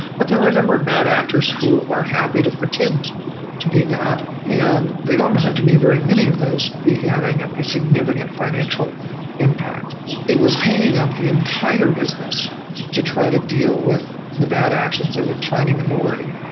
but there are a number of bad actors who are happy to pretend to be that. and they don't have to be very many of those be having a significant financial impact it was hanging up the entire business to try to deal with the bad actions of a tiny minority.